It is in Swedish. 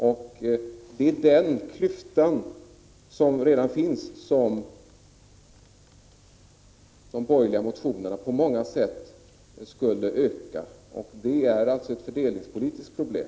Det är den klyftan, som redan finns, som skulle bli större om man följde de borgerliga motionerna. Det är alltså fråga om ett fördelningspolitiskt problem.